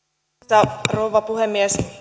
arvoisa rouva puhemies